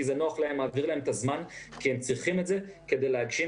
כי זה נוח להם ומעביר להם את הזמן אלא כי הם צריכים את זה כדי להגשים,